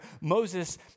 Moses